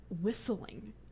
whistling